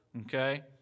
okay